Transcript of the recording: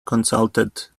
consulted